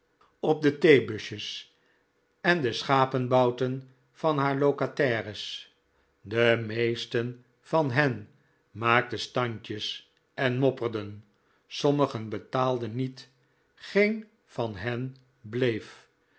op de thee busjes en de schapenbouten van haar locataires de meesten van hen maakten standjes en mopperden sommigen betaalden niet geen van hen bleef